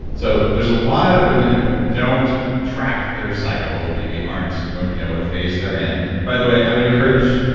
so there's a lot of women who don't track their cycle, maybe aren't going to know what phase they're in. by the way i would encourage.